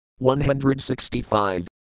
165